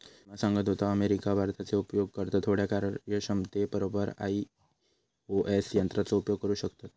सिमा सांगत होता, अमेरिका, भारताचे उपयोगकर्ता थोड्या कार्यक्षमते बरोबर आई.ओ.एस यंत्राचो उपयोग करू शकतत